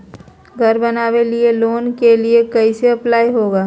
घर बनावे लिय लोन के लिए कैसे अप्लाई होगा?